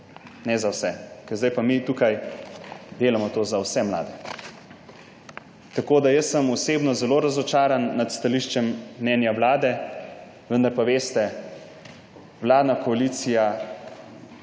ne za vse. Zdaj pa mi tukaj delamo to za vse mlade. Jaz sem osebno zelo razočaran nad stališčem, mnenjem vlade, vendar vladna koalicija